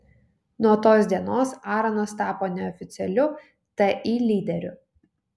nuo tos dienos aronas tapo neoficialiu ti lyderiu